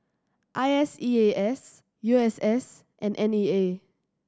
I S E A S U S S and N E A